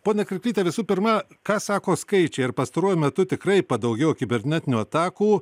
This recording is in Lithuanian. ponia kirklyte visų pirma ką sako skaičiai ar pastaruoju metu tikrai padaugėjo kibernetinių atakų